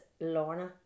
Lorna